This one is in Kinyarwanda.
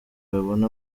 babone